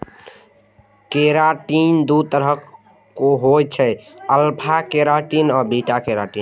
keratin दू तरहक होइ छै, अल्फा केराटिन आ बीटा केराटिन